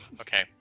Okay